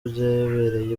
byabereye